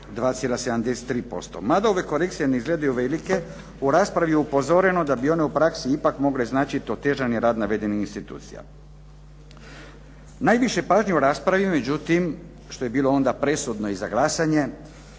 2,73%. Ma da ove korekcije ne izgledaju velike, u raspravi je upozoreno da bi one u praksi ipak mogle značiti otežani rad navedenih institucija. Najviše pažnje u raspravi međutim, što je bilo onda presudno i za glasanje